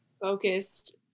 focused